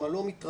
מה לא מתרחש.